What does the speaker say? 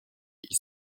ils